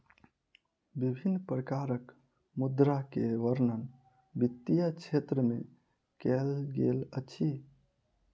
विभिन्न प्रकारक मुद्रा के वर्णन वित्तीय क्षेत्र में कयल गेल अछि